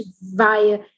via